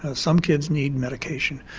ah some kids need medication.